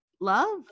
love